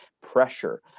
pressure